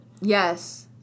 Yes